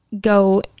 go